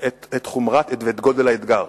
את חומרת האתגר ואת גודל האתגר.